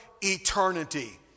eternity